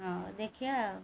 ହଁ ଦେଖିବା ଆଉ